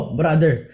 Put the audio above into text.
brother